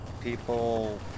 people